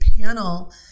panel